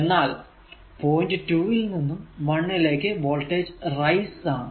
എന്നാൽ പോയിന്റ് 2 ൽ നിന്നും 1 ലേക്ക് വോൾടേജ് റൈസ് ആണ്